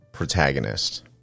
Protagonist